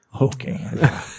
Okay